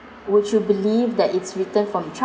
would you believe that it's written from